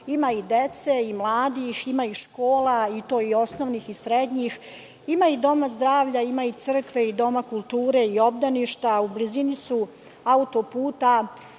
ima i dece i mladih, ima i škola i to i osnovnih i srednjih, ima i domove zdravlja, crkve i dom kulture, obdaništa, a u blizini su autoput